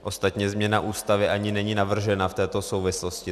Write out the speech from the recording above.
Ostatně změna Ústavy ani není navržena v této souvislosti.